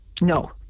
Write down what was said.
No